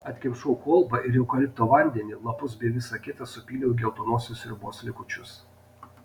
atkimšau kolbą ir eukalipto vandenį lapus bei visa kita supyliau į geltonosios sriubos likučius